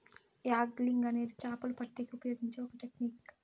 angling అనేది చాపలు పట్టేకి ఉపయోగించే ఒక టెక్నిక్